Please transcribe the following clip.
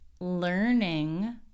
learning